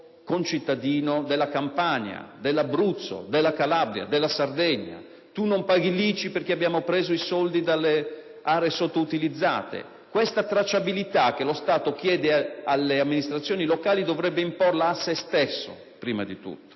concittadino della Campania, dell'Abruzzo, della Calabria e della Sardegna; tu non paghi l'ICI perché abbiamo preso i soldi dalle aree sottoutilizzate. Questa tracciabilità che lo Stato chiede alle amministrazioni locali dovrebbe imporla, prima di tutto,